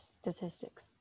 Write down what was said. statistics